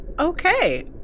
Okay